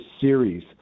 Series